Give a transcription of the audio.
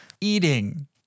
eating